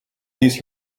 these